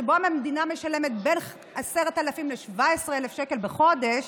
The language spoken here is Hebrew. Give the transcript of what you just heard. שבו המדינה משלמת בין 10,000 ל-17,000 שקל בחודש,